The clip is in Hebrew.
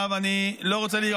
למה אתה לא אומר את זה כשביבי כאן?